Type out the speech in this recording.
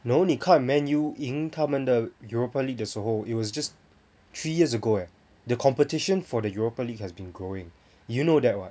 no 你看 Man U 赢他们的 europa league 的时候 it was just three years ago eh the competition for the europa league has been growing you know that [what]